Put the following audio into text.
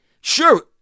sure